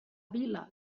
vila